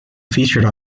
featured